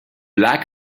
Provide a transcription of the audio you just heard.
like